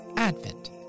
Advent